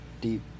deep